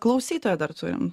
klausytoją dar turim